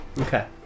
Okay